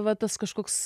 va tas kažkoks